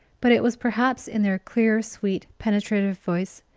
but it was perhaps in their clear, sweet, penetrative voice,